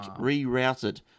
rerouted